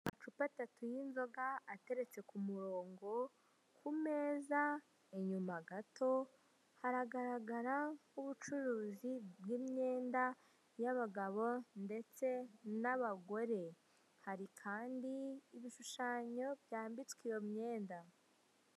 Amacupa atatu y'inzoga ateretse ku murongo, ku meza inyuma gato haragaragara ubucuruzi, bw'imyenda y'abagabo ndetse n'abagore hari, hari kandi ibishushanyo byambitswe iyo myenda.